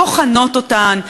בוחנות אותן,